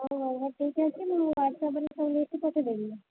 ହଉ ହଉ ହଉ ଠିକ୍ଅଛି ମୁଁ ପଠାଇ ଦେବି